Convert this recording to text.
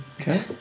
Okay